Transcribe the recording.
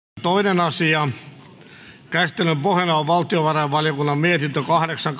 toinen asia käsittelyn pohjana on valtiovarainvaliokunnan mietintö kahdeksan